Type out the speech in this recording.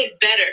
better